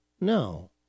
No